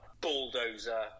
bulldozer